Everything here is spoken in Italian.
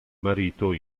marito